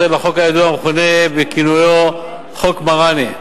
לחוק הידוע המכונה בכינויו "תיקון מראני".